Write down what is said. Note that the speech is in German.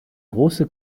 große